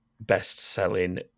best-selling